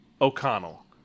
O'Connell